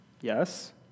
Yes